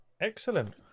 Excellent